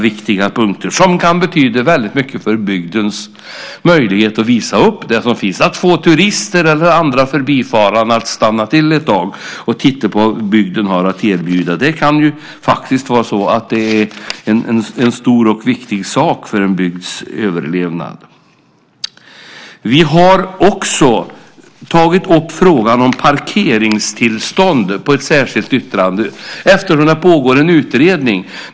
Det kan betyda mycket för bygdens möjlighet att visa upp det som finns, att få turister eller andra förbifarande att stanna till ett tag och titta på vad bygden har att erbjuda. Det kan faktiskt vara så att det är en stor och viktig sak för en bygds överlevnad. Vi har också tagit upp frågan om parkeringstillstånd i ett särskilt yttrande. Det pågår en utredning.